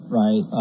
right